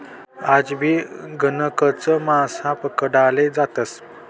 आजबी गणकच मासा पकडाले जातस